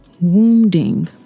wounding